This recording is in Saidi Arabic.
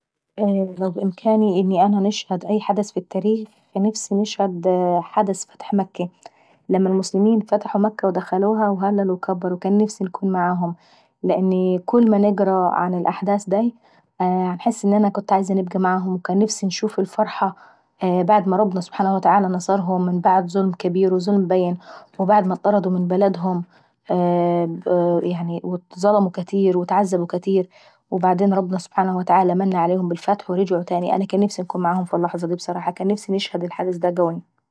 لو بإمكاني ان انا نشهد أي حدث في التاريخ، فنا انفسي نشهد حدث فتح مكة. لما المسلمين فتحوا مكة ودخلوها وهللوا وكبروا، كان نفسي انكون معاهم لاني كل ما نقرا الاحداث داي انحس اني عاوزة نبقى معاها. كان نفسي نشوف الفرحة بعد ما ربنا- سبحانه وتعالى- نصرهم من بعد ظلم كابير وظلم بين وبعد ما اطضردوا من بلدهم، يعني واتظلموا كاتير واتعذبوا كاتير وبعدين ربنا من عليهم بالفتح، ورجعوا تاني انا كان نفسي انكون معاهم في اللحظة دي ابصراحة وكان نفسي نشهد الحدث دا قواي.